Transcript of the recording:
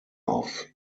auf